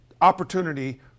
opportunity